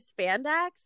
spandex